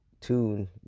tune